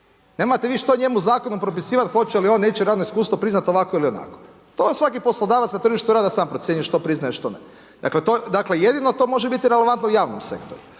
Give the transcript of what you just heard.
nemate vi njemu što zakonom propisivat hoće li on neće radno iskustvo priznat ovako onako. To svaki poslodavac na tržištu rada sam procjenjuje što priznaje što ne. Dakle, jedino to može biti relevantno u javnom sektoru,